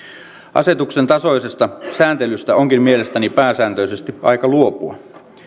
asetuksen tasoisesta sääntelystä onkin mielestäni pääsääntöisesti aika luopua